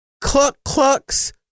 cluck-clucks